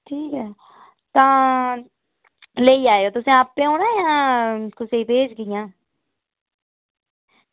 ठीक ऐ तां लेई जायो तुसें आपें औना जां कुसै गी भेजगियां